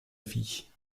vie